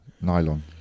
Nylon